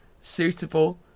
suitable